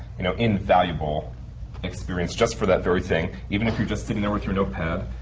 you know, invaluable experience, just for that very thing. even if you're just sitting there with your notepad,